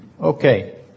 Okay